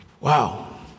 Wow